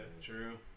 True